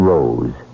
Rose